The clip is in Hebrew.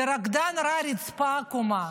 לרקדן רע, הרצפה עקומה.